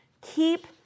keep